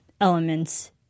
elements